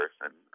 person